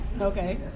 okay